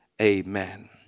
Amen